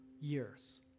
years